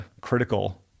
critical